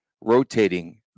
rotating